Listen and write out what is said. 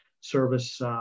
service